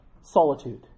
solitude